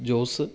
Jose